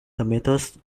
tomatoes